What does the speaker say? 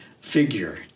figure